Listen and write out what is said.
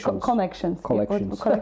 connections